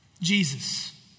Jesus